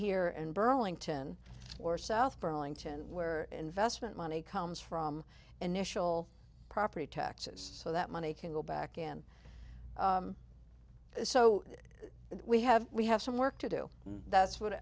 here and burlington or south burlington where investment money comes from initial property taxes so that money can go back in so we have we have some work to do and that's what